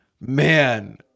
man